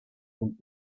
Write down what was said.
und